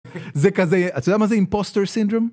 זה כזה, אתה יודע מה זה? אימפוסטר סינדרום?